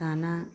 दाना